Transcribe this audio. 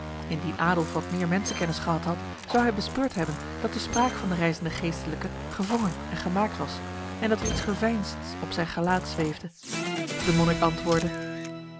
indien adolf wat meer mensenkennis gehad had zou hij bespeurd hebben dat de spraak van de reizende geestelijke gewrongen en gemaakt was en dat er iets geveinsds op zijn gelaat zweefde de monnik antwoordde